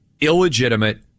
illegitimate